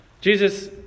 Jesus